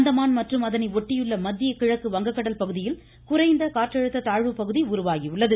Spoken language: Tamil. அந்தமான் மற்றும் அதனை ஒட்டியுள்ள மத்திய கிழக்கு வங்க கடல் பகுதியில் குறைந்த காற்றழுத்த தாழ்வு பகுதி உருவாகி உள்ளது